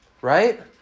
right